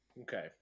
Okay